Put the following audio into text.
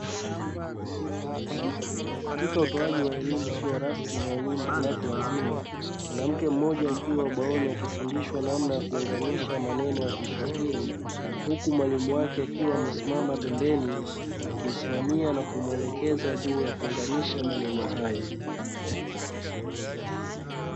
Katika utoaji wa elimu isiyo rasmi na elimu kwa watu wazima, mwanamke mmoja akiwa ubaoni akifundishwa namna ya kuunganisha maneno ya Kiswahili, huku mwalimu wake akiwa amesimama pembeni, akimsimamia na kumwelekeza juu ya kuunganisha maneno hayo.